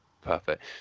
perfect